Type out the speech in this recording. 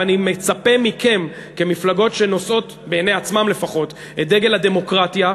ואני מצפה מכם כמפלגות שנושאות בעיני עצמן לפחות את דגל הדמוקרטיה,